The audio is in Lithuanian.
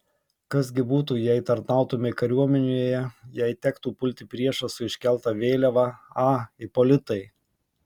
kas gi būtų jei tarnautumei kariuomenėje jei tektų pulti priešą su iškelta vėliava a ipolitai